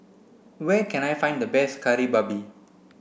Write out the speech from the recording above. where can I find the best Kari Babi